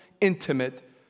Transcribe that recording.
intimate